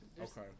okay